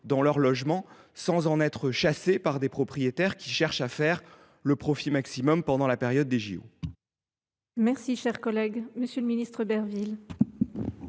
dans leur logement, sans en être chassés par des propriétaires désireux de faire un profit maximum pendant la période des JO